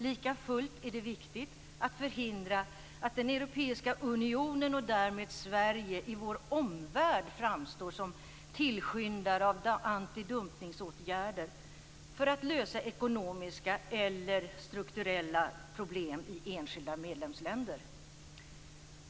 Likafullt är det viktigt att förhindra att den europeiska unionen och därmed Sverige i vår omvärld framstår som tillskyndare av antidumpningsåtgärder för att lösa ekonomiska eller strukturella problem i enskilda medlemsländer.